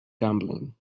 gambling